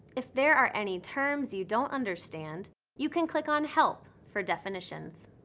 if there are any terms you don't understand you can click on help for definitions.